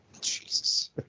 Jesus